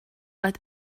let